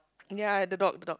ya the dog the dog